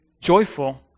joyful